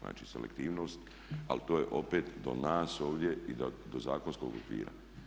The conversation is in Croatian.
Znači selektivnost ali to je opet do nas ovdje i do zakonskog okvira.